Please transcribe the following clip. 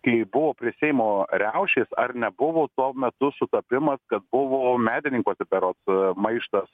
kai buvo prie seimo riaušės ar nebuvo tuo metu sutapimas kad buvo medininkuose berods maištas